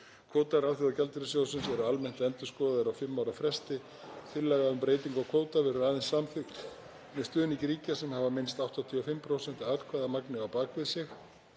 Kvótar Alþjóðagjaldeyrissjóðsins eru almennt endurskoðaðir á fimm ára fresti. Tillaga um breytingu á kvóta verður aðeins samþykkt með stuðningi ríkja sem hafa minnst 85% atkvæðamagn á bak við sig.